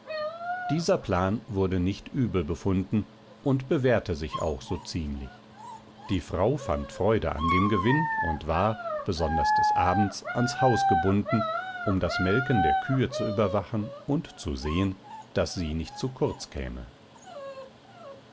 dieser plan ward nicht übel befunden und bewährte sich auch so ziemlich die frau fand freude an dem gewinn und war besonders des abends ans haus gebunden um das melken der kühe zu überwachen und zu sehen daß sie nicht zu kurz käme